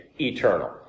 eternal